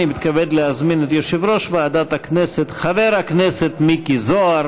אני מתכבד להזמין את יושב-ראש ועדת הכנסת חבר הכנסת מיקי זוהר